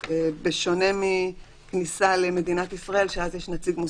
בשונה מכניסה למדינת ישראל שאז יש נציג מוסמך,